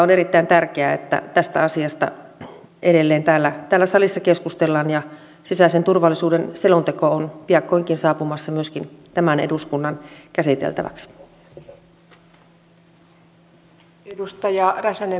on erittäin tärkeää että tästä asiasta edelleen täällä salissa keskustellaan ja sisäisen turvallisuuden selonteko on piakkoinkin saapumassa myöskin tämän eduskunnan käsiteltäväksi